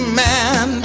man